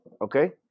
Okay